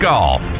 Golf